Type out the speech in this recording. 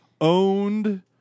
owned